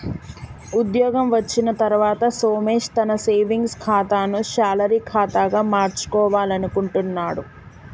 ఉద్యోగం వచ్చిన తర్వాత సోమేష్ తన సేవింగ్స్ ఖాతాను శాలరీ ఖాతాగా మార్చుకోవాలనుకుంటున్నడు